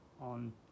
on